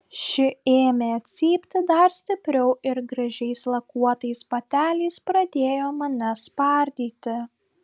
ši ėmė cypti dar stipriau ir gražiais lakuotais bateliais pradėjo mane spardyti